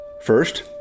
First